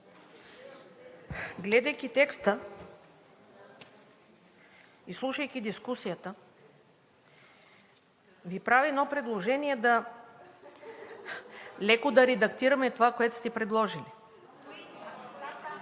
гледайки текста и слушайки дискусията, Ви правя едно предложение леко да редактираме това, което сте предложили.